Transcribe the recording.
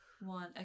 one